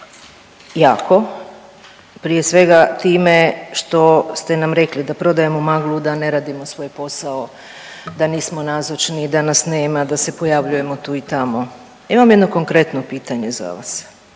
jako, prije svega time što ste nam rekli da prodajemo maglu da ne radimo svoj posao, da nismo nazočni, da nas nema, da se pojavljujemo tu i tamo. Imam jedno konkretno pitanje za vas,